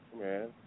Man